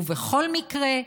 ובכל מקרה,